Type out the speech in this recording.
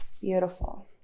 Beautiful